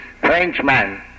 Frenchman